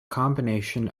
combination